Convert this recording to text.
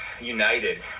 united